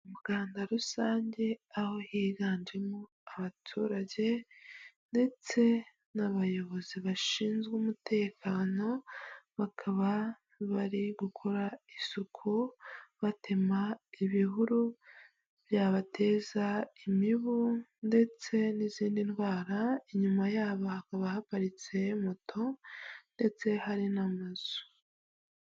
Mu muganda rusange aho higanjemo abaturage ndetse n'abayobozi bashinzwe umutekano, bakaba bari gukora isuku, batema ibihuru byabateza imibu ndetse n'izindi ndwara, inyuma yabo hakaba haparitse moto ndetse hari n'amazu.